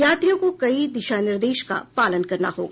यात्रियों को कई दिशा निर्देश का पालन करना होगा